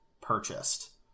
purchased